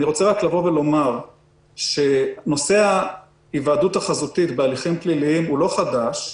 אני רוצה רק לומר שנושא ההיוועדות החזותית בהליכים פליליים הוא לא חדש,